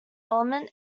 element